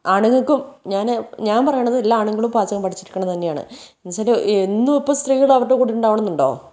ആണുങ്ങൾക്കും ഞാൻ ഞാൻ പറയണത് എല്ലാ ആണുങ്ങളും പാചകം പഠിച്ചെടുക്കണം എന്ന് തന്നെയാണ് എന്നു വച്ചാൽ എന്നും ഇപ്പോൾ സ്ത്രീകൾ അവരുടെ കൂടെ ഉണ്ടാകണം എന്നുണ്ടോ